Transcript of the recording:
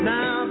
Now